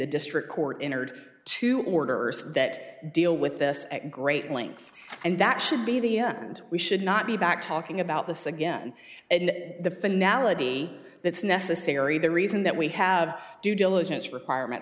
the district court entered two orders that deal with this at great length and that should be the end we should not be back talking about this again and the finale that's necessary the reason that we have due diligence requirement